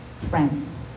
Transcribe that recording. friends